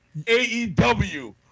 AEW